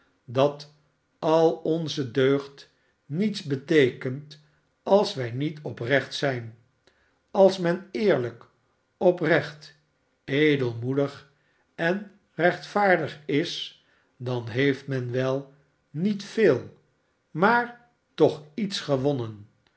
dat al onze deugd niets beteekent als wij niet oprecht zijn als men eerlijk oprecht edelmoedig en rechtvaardig is dan heeft men wel niet veel maar toch iets gewonnen